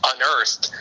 Unearthed